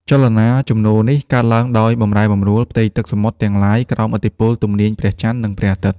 ចលនាជំនោរនេះកើតឡើងដោយបំរែបំរួលផ្ទៃទឹកសមុទ្រទាំងឡាយក្រោមឥទ្ធិពលទំនាញព្រះច័ន្ទ និងព្រះអាទិត្យ។